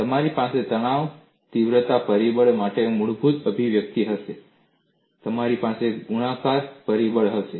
તમારી પાસે તણાવ તીવ્રતા પરિબળ માટે મૂળભૂત અભિવ્યક્તિ હશે અને તમારી પાસે ગુણાકાર પરિબળ હશે